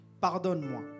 Pardonne-moi